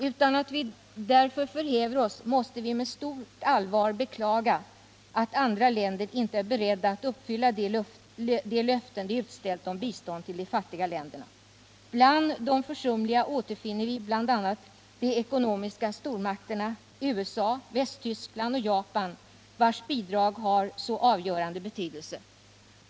Utan att vi därför förhäver oss måste vi med stort allvar beklaga att andra länder inte är beredda att uppfylla de löften de utställt om bistånd till de fattiga länderna. Bland de försumliga återfinner vi bl.a. de ekonomiska stormakterna USA, Västtyskland och Japan, vilkas bidrag skulle haft en så avgörande betydelse.